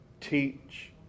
teach